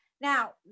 Now